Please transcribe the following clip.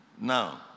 Now